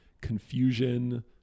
confusion